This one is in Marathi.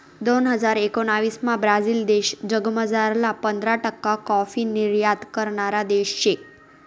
दोन हजार एकोणाविसमा ब्राझील देश जगमझारला पंधरा टक्का काॅफी निर्यात करणारा देश शे